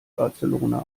barcelona